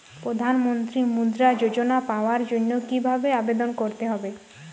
প্রধান মন্ত্রী মুদ্রা যোজনা পাওয়ার জন্য কিভাবে আবেদন করতে হবে?